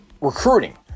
recruiting